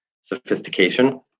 sophistication